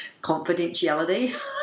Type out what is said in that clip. confidentiality